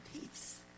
peace